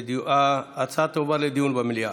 ההצעה תועבר לדיון במליאה.